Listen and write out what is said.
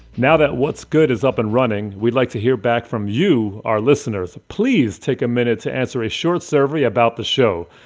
now that what's good is up and running, we'd like to hear back from you, our listeners. please take a minute to answer a short survey about the show.